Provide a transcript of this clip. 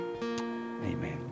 Amen